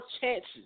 chances